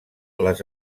les